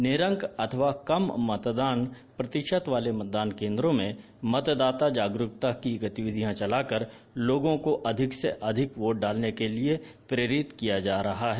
निरंक अथवा कम मतदान प्रतिशत वाले मतदान केन्द्रों में मतदाता जागरूकता की गतिविधियां चलाकर लोगों को अधिक वोट डालने के लिये प्रेरित किया जा रहा है